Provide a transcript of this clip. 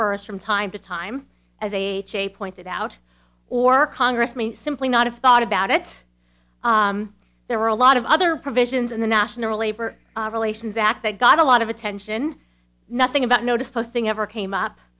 ers from time to time as a pointed out or congress may simply not have thought about it there were a lot of other provisions in the national labor relations act that got a lot of attention nothing about notice posting ever came up